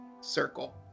circle